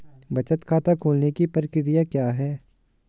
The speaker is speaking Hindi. बचत खाता खोलने की प्रक्रिया क्या है?